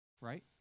Right